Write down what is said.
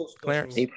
Clarence